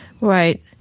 Right